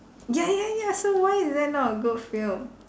ya ya ya so why is that not a good film